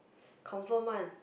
confirm one